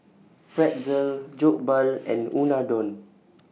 Pretzel Jokbal and Unadon